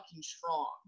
strong